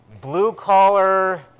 blue-collar